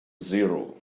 zero